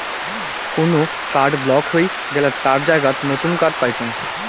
কোন card block হই গেলাত তার জায়গাত নতুন কার্ড পাইচুঙ